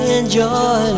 enjoy